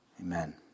Amen